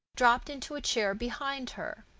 dropped into a chair behind her.